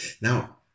Now